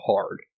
hard